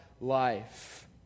life